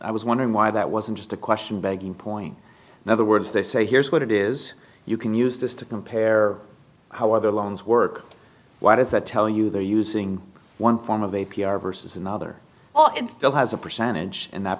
i was wondering why that wasn't just a question begging point in other words they say here's what it is you can use this to compare how other loans work what does that tell you they're using one form of a p r versus another oh it still has a percentage and that